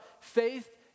faith